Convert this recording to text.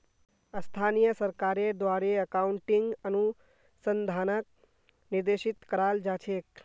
स्थानीय सरकारेर द्वारे अकाउन्टिंग अनुसंधानक निर्देशित कराल जा छेक